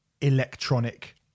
electronic